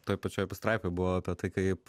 toj pačioj pastraipoj buvo apie tai kaip